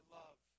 love